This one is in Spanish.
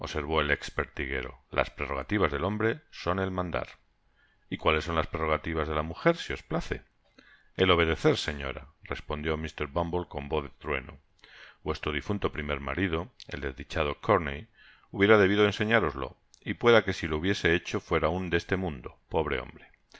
ex pertiguero las prerrogativas del hombre son el mandar y cuáles son las prerrogativas de la mujer si os place el obedecer señora respondió mr bumble con voz de trueno vuestro difunto primer marido el desdichado corney hubiera debido enseñároslo y pueda que si lo hubiese hecho fuera aun de este mundo pobre hombre